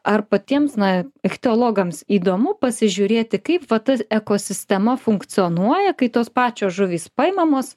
ar patiems na ichtiologams įdomu pasižiūrėti kaip va ta ekosistema funkcionuoja kai tos pačios žuvys paimamos